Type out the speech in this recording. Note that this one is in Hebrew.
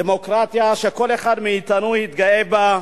דמוקרטיה שכל אחד מאתנו התגאה בה.